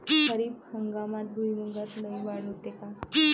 खरीप हंगामात भुईमूगात लई वाढ होते का?